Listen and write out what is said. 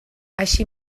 així